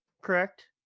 Correct